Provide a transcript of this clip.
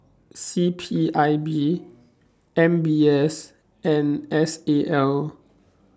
C P I B M B S and S A L